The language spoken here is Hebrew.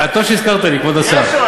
טוב שהזכרת לי, כבוד השר.